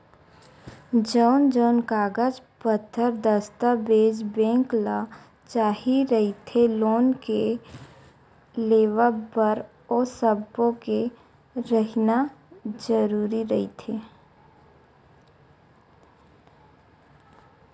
जउन जउन कागज पतर दस्ताबेज बेंक ल चाही रहिथे लोन के लेवब बर ओ सब्बो के रहिना जरुरी रहिथे